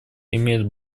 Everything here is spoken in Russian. имеет